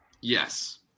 Yes